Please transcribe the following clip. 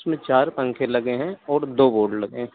उसमें चार पंखे लगे हैं और दो बोर्ड लगे हैं